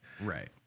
Right